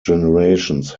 generations